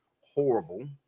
horrible